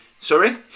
sorry